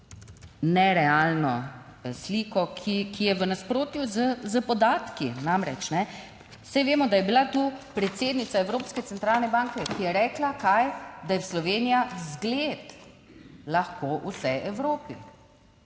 nerealno sliko, ki je v nasprotju s podatki. Namreč ne, saj vemo, da je bila tu predsednica Evropske centralne banke, ki je rekla - Kaj? - da je Slovenija zgled lahko vsej Evropi.